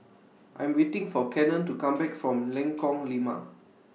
I'm waiting For Kenan to Come Back from Lengkong Lima